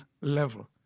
level